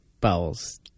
bowels